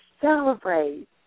celebrate